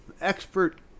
expert